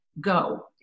go